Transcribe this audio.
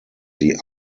sie